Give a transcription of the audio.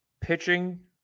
pitching